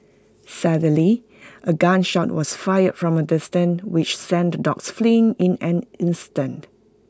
suddenly A gun shot was fired from A distance which sent the dogs fleeing in an instant